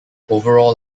overall